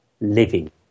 living